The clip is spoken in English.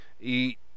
eat